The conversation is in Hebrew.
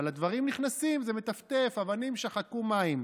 אבל הדברים נכנסים, זה מטפטף, "אבנים שחקו מים".